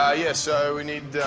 ah yes, so we need,